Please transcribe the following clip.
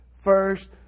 first